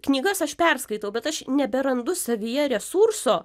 knygas aš perskaitau bet aš neberandu savyje resurso